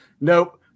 nope